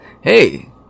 Hey